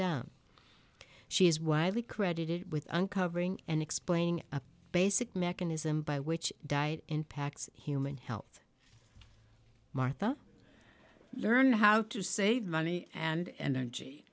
down she is widely credited with uncovering and explaining a basic mechanism by which diet impacts human health martha learn how to save money and energy